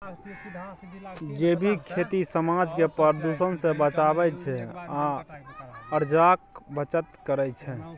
जैबिक खेती समाज केँ प्रदुषण सँ बचाबै छै आ उर्जाक बचत करय छै